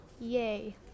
Yay